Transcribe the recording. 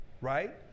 right